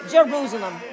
Jerusalem